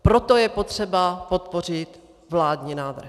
Proto je třeba podpořit vládní návrh.